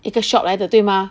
一个 shop 来的对吗